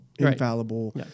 infallible